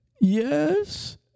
yes